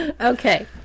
okay